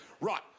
Right